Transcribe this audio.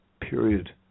period